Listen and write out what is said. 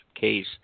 case